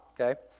okay